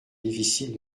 difficile